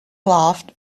laughed